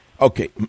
Okay